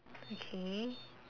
okay